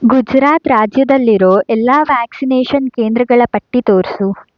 ಗುಜರಾತ್ ರಾಜ್ಯದಲ್ಲಿರೋ ಎಲ್ಲ ವ್ಯಾಕ್ಸಿನೇಷನ್ ಕೇಂದ್ರಗಳ ಪಟ್ಟಿ ತೋರಿಸು